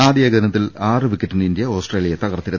ആദ്യ ഏക ദിനത്തിൽ ആറുവിക്കറ്റിന് ഇന്ത്യ ഓസ്ട്രേലിയയെ തകർത്തിരുന്നു